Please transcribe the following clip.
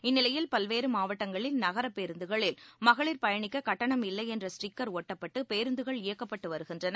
இந்நிலையில் பல்வேறுமாவட்டங்களில் நகரப் பேருந்துகளில் மகளிர் பயணிக்ககட்டணம் இல்லையென்ற ஸ்டிக்கர் ஒட்டப்பட்டுபேருந்துகள் இயக்கப்பட்டுவருகின்றன